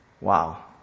Wow